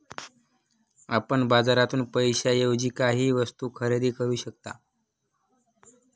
आपण बाजारातून पैशाएवजी काहीही वस्तु खरेदी करू शकता